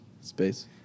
Space